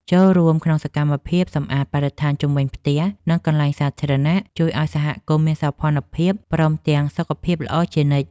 ចូលរួមក្នុងសកម្មភាពសម្អាតបរិស្ថានជុំវិញផ្ទះ និង កន្លែងសាធារណៈជួយឱ្យសហគមន៍មានសោភ័ណភាពព្រមទាំងសុខភាពល្អជានិច្ច។